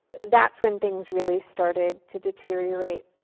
that's when things really started to deteriorate.